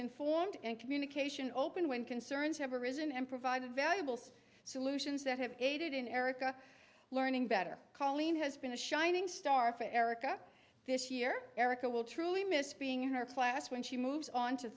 informed and communication open when concerns have arisen and provided valuable solutions that have aided in erica learning better coleen has been a shining star for erica this year will truly miss being in our class when she moves on to